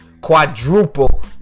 quadruple